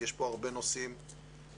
יש כאן הרבה נושאים מקצועיים.